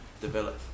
develop